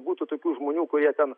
būtų tokių žmonių kurie ten